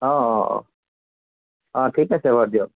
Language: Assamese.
অঁ অঁ অঁ অঁ ঠিক আছে বাৰু দিয়ক